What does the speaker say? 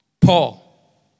Paul